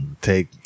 take